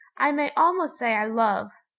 i may almost say i love,